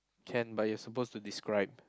can but you're supposed to describe